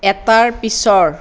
এটাৰ পিছৰ